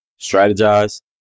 strategize